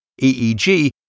EEG